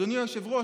אדוני היושב-ראש,